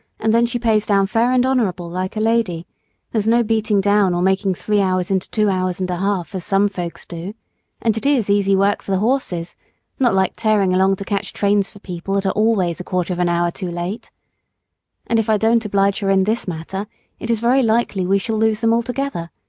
and then she pays down fair and honorable like a lady there's no beating down or making three hours into two hours and a half, as some folks do and it is easy work for the horses not like tearing along to catch trains for people that are always a quarter of an hour too late and if i don't oblige her in this matter it is very likely we shall lose them altogether.